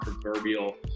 proverbial